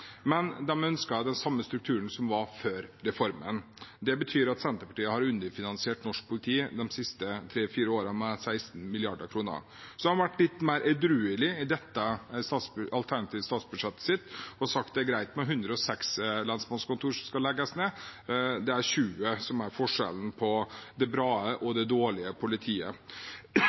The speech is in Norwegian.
men de ønsker den samme strukturen som var før reformen. Det betyr at Senterpartiet har underfinansiert norsk politi de siste tre–fire årene med 16 mrd. kr. De har vært litt mer edruelige i årets alternative statsbudsjett og sagt at det er greit at det legges ned 106 lensmannskontor. Tjue stykker er altså forskjellen på et bra og